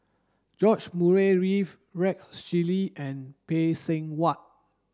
George Murray Reith Rex Shelley and Phay Seng Whatt